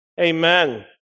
Amen